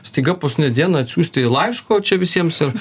staiga paskutinę dieną atsiųsti laiško čia visiems ir